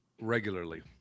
regularly